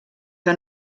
que